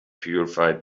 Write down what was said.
purified